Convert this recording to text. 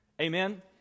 Amen